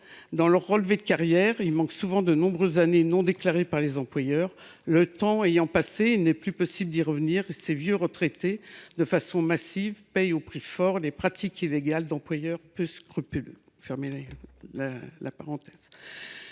dans leurs relevés de carrière, il manque souvent de nombreuses années non déclarées par les employeurs. Le temps ayant passé, il n’est plus possible d’y revenir et ces vieux retraités, de façon massive, paient au prix fort les pratiques illégales d’employeurs peu scrupuleux ».